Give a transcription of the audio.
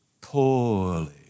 poorly